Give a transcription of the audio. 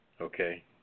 okay